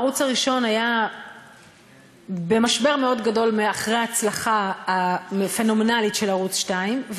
הערוץ הראשון היה במשבר גדול מאוד אחרי ההצלחה הפנומנלית של ערוץ 2,